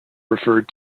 referred